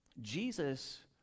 Jesus